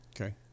Okay